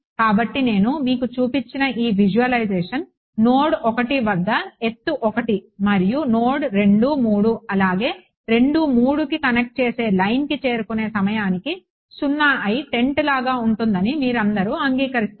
కాబట్టి నేను మీకు చూపిన ఈ విజువలైజేషన్ నోడ్ 1 వద్ద ఎత్తు 1 మరియు నోడ్ 2 3 అలాగే 2 3కి కనెక్ట్ చేసే లైన్కి చేరుకునే సమయానికి 0 అయ్యి టెంట్ లాగా ఉంటుందని మీరందరూ అంగీకరిస్తున్నారు